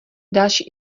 další